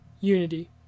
Unity